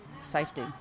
safety